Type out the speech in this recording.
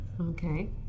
Okay